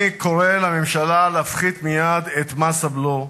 אני קורא לממשלה להפחית מייד את מס הבלו.